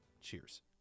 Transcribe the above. Cheers